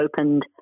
opened